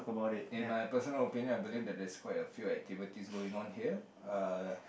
in my personal opinion I believe that there's quite a few activities going on here uh